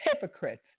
Hypocrites